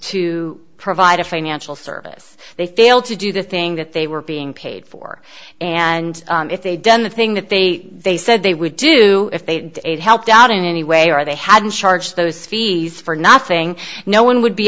to provide a financial service they failed to do the thing that they were being paid for and if they'd done the thing that they they said they would do if they helped out in any way or they hadn't charged those fees for nothing no one would be